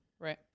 Right